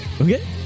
Okay